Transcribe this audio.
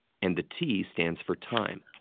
and the t stands for time.